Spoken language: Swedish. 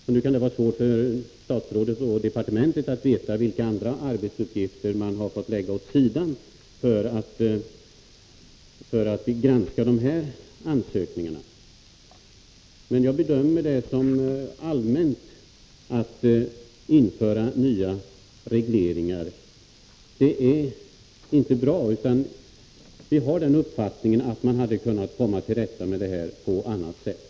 Det kan vara svårt för statsrådet och departementet att veta vilka andra arbetsuppgifter som lantbruksnämnderna har fått lägga åt sidan för att granska dessa ansökningar. Min allmänna bedömning är att det inte är bra att införa nya regleringar. Jag har den uppfattningen att man hade kunnat komma till rätta med detta problem på annat sätt.